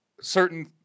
certain